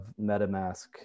metamask